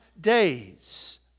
days